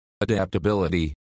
Adaptability